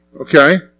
okay